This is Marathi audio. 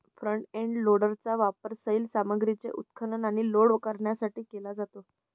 फ्रंट एंड लोडरचा वापर सैल सामग्रीचे उत्खनन आणि लोड करण्यासाठी केला जातो